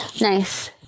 Nice